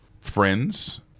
friends